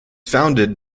founded